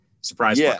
surprise